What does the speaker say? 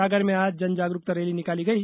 सागर में आज जनजागरूकता रैली निकाली गई